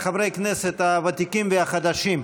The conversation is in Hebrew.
חברי הכנסת הוותיקים והחדשים,